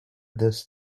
this